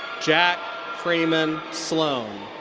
jack freeman sloan.